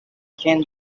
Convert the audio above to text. can